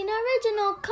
original